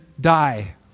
die